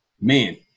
man